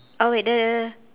oh wait the